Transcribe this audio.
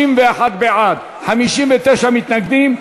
61 מתנגדים.